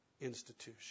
institution